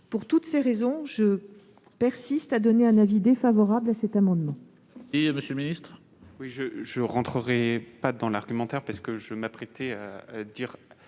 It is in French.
Pour toutes ces raisons, je persiste à émettre un avis défavorable sur cet amendement.